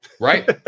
Right